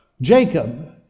Jacob